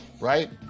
right